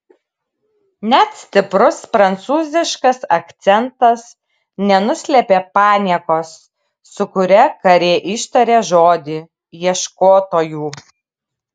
net stiprus prancūziškas akcentas nenuslėpė paniekos su kuria karė ištarė žodį ieškotojų